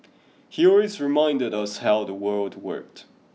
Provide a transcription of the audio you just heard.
he always reminded us how the world worked